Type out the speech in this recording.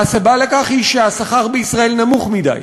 והסיבה לכך היא שהשכר בישראל נמוך מדי,